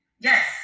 Yes